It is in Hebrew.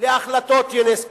להחלטות אונסק"ו,